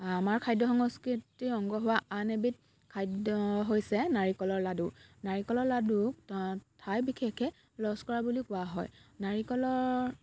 আমাৰ খাদ্য সংস্কৃতিৰ অংগ হোৱা আন এবিধ খাদ্য হৈছে নাৰিকলৰ লাড়ু নাৰিকলৰ লাড়ুক ঠাই বিশেষে লস্কৰা বুলিও কোৱা হয় নাৰিকলৰ